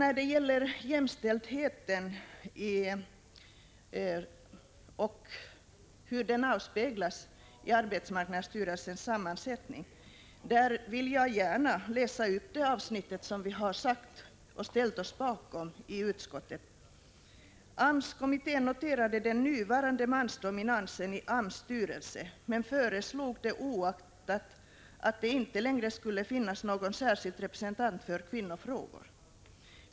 När det gäller frågan om jämställdheten och hur den avspeglas i AMS-styrelsens sammansättning vill jag gärna läsa upp avsnittet som innehåller det uttalande vi har ställt oss bakom i utskottet: ”AMS-kommittén noterade den nuvarande mansdominansen i AMS styrelse men föreslog det oaktat att det inte längre skulle finnas någon särskild representant för kvinnofrågor.